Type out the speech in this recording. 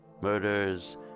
Murders